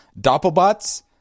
Doppelbots